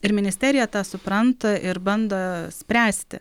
ir ministerija tą supranta ir bando spręsti